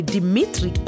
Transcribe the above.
Dimitri